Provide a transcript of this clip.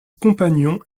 compagnons